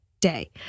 day